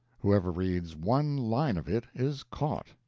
whoever reads one line of it is caught,